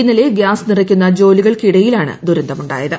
ഇന്നലെ ഗ്യാസ് നിറയ്ക്കുന്ന ജോലികൾക്കിടയിലാണ് ദുരന്തമുണ്ടായത്